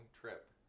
trip